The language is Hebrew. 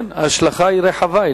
כן, ההשלכה היא רחבה.